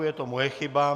Je to moje chyba.